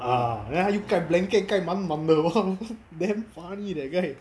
ah then 他又盖 blanket 盖满满的我看 damn funny that guy